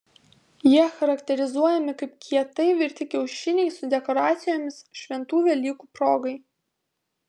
jie charakterizuojami kaip kietai virti kiaušiniai su dekoracijomis šventų velykų progai